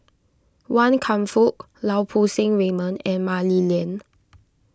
Wan Kam Fook Lau Poo Seng Raymond and Mah Li Lian